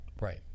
right